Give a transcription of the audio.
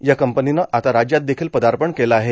या कंपनीनं आता राज्यात देखील पदार्पण केलं आहे